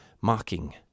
mocking